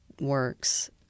works